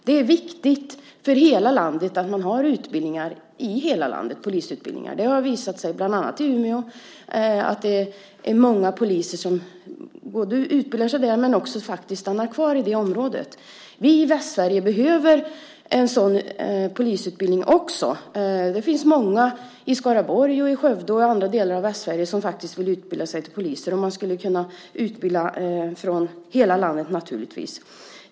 Det är viktigt för hela landet att det finns polisutbildningar i hela landet. Det har visat sig att många poliser - det gäller bland annat i Umeå - som utbildat sig också stannar kvar i området. Vi i Västsverige behöver också en polisutbildning. Det finns många i Skaraborg, i Skövde, och i andra delar av Västsverige som vill utbilda sig till poliser. Där skulle man naturligtvis kunna utbilda människor från hela landet.